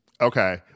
Okay